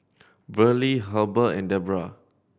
Verlie Heber and Debra